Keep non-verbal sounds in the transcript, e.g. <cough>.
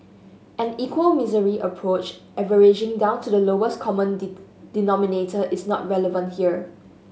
an equal misery approach averaging down to the lowest common <unintelligible> denominator is not relevant here